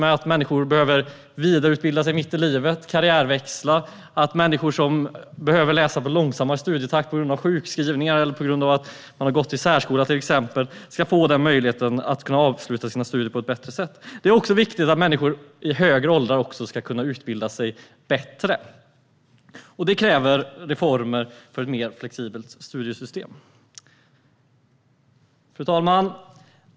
Människor som behöver vidareutbilda sig mitt i livet och karriärväxla och människor som till exempel behöver läsa med långsammare studietakt på grund av sjukskrivningar eller på grund av att man har gått i särskola ska få möjligheten att avsluta sina studier på ett bättre sätt. Det är också viktigt att människor i högre åldrar ska kunna utbilda sig bättre, och det kräver reformer för ett mer flexibelt studiesystem. Fru talman!